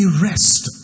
rest